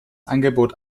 angebot